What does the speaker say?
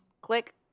click